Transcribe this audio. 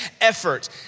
effort